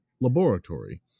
laboratory